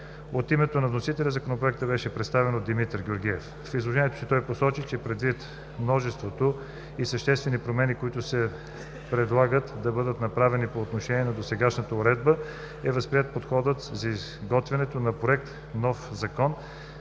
От името на вносителя Законопроектът беше представен от Димитър Георгиев. В изложението си той посочи, че предвид множеството и съществени промени, които се предлагат да бъдат направени по отношение на досегашната уредба, е възприет подходът за изготвяне на Проект на нов Закон